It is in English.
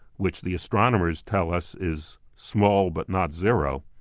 which the astronomers tell us is small but not zero,